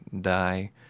die